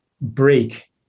break